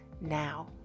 now